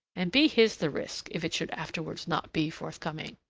and be his the risk if it should afterwards not be forthcoming.